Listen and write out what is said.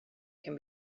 can